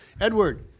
Edward